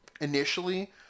initially